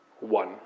one